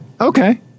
Okay